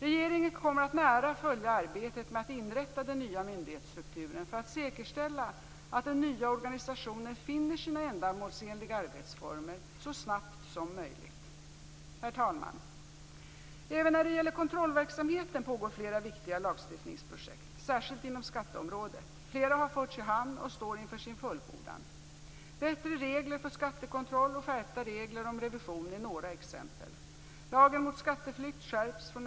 Regeringen kommer att nära följa arbetet med att inrätta den nya myndighetsstrukturen för att säkerställa att den nya organisationen finner sina ändamålsenliga arbetsformer så snabbt som möjligt. Herr talman! Även när det gäller kontrollverksamheten pågår flera viktiga lagstiftningsprojekt, särskilt inom skatteområdet. Flera har förts i hamn eller står inför sin fullbordan. Bättre regler för skattekontroll och skärpta regler om revision är några exempel.